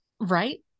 Right